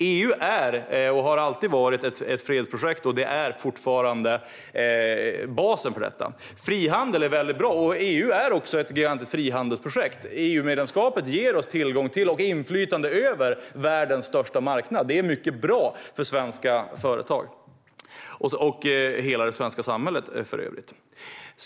EU är och har alltid varit ett fredsprojekt, och det är fortfarande basen. Frihandel är väldigt bra, och EU är också ett gigantiskt frihandelsprojekt. EU-medlemskapet ger oss tillgång till och inflytande över världens största marknad. Det är mycket bra för svenska företag och för övrigt hela det svenska samhället.